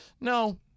No